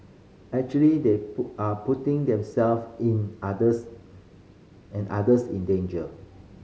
actually they are putting themself in others and others in danger